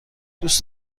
دوست